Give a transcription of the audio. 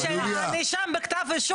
בלי ויזה וכו',